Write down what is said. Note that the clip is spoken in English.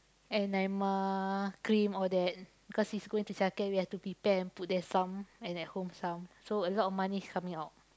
and Naimah cream all that because he's going to child care we have to prepare and put there some and at home some so a lot of money is coming out